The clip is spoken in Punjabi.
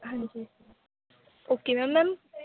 ਹਾਂਜੀ ਓਕੇ ਮੈਮ ਮੈਮ